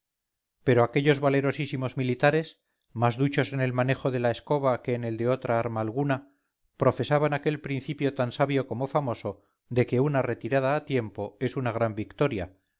pero aquellos valientísimos militares más duchos en el manejo de la escoba que en el de otra arma alguna profesaban aquel principio tan sabio como famoso de que una retirada a tiempo es una gran victoria